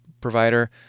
provider